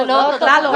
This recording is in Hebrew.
זה לא אותו דבר.